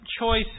choice